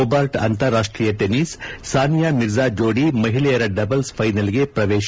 Hobart ಅಂತಾರಾಷ್ಟೀಯ tennis Sania Mirza ಜೋಡಿ ಮಹಿಳೆಯರ ಡಬಲ್ಲ್ ಫೈನಲ್ಸ್ಗೆ ಪ್ರವೇಶ